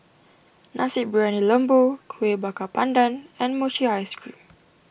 Nasi Briyani Lembu Kueh Bakar Pandan and Mochi Ice Cream